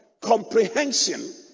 comprehension